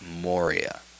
Moria